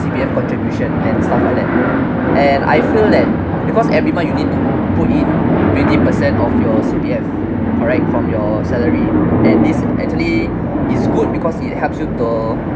C_P_F contribution and stuff like that and I feel that because every month you need to put in twenty per cent of your C_P_F correct from your salary and this actually is good because it helps you to